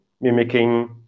mimicking